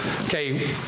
Okay